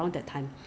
廉价